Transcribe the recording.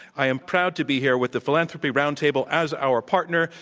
i am proud to be here with the philanthropy roundtable as our partner.